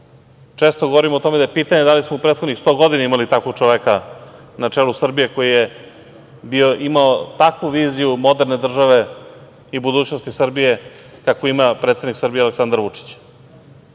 Često govorim o tome da je pitanje da li smo u prethodnih 100 godina imali takvog čoveka na čelu Srbije koji je imao takvu viziju moderne države i budućnosti Srbije kakvu ima predsednik Srbije Aleksandar Vučić.